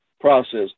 process